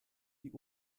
die